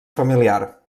familiar